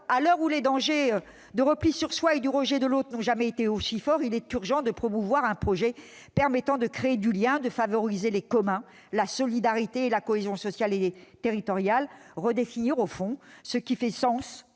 À l'heure où les dangers du repli sur soi et du rejet de l'autre n'ont jamais été aussi forts, il est urgent de promouvoir un projet permettant de créer du lien, de favoriser les communs, la solidarité et la cohésion sociale et territoriale, c'est-à-dire, au fond, de redéfinir